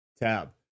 tab